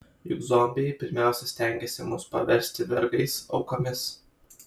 juk zombiai pirmiausia stengiasi mus paversti vergais aukomis